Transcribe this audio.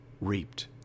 reaped